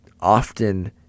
often